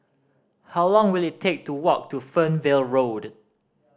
how long will it take to walk to Fernvale Road